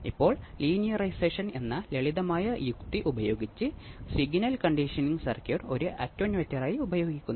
ഇതാണ് ചർച്ചചെയ്തത് ചുവടെ കാണിച്ചിരിക്കുന്നതുപോലെ ആർസി ഫേസ് നെറ്റ്വർക്കിൽ മൂന്ന് ആർസി വിഭാഗങ്ങൾ അടങ്ങിയിരിക്കുന്നു